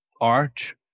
arch